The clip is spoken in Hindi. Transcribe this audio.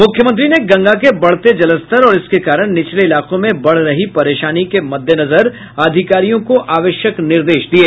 मूख्यमंत्री ने गंगा के बढ़ते जलस्तर और इसके कारण निचले इलाकों में बढ़ रही परेशानी के मद्देनजर अधिकारियों को आवश्यक निर्देश दिये